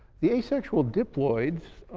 the asexual diploids